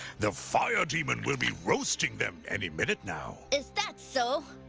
the fire demon will be roasting them any minute now. is that so?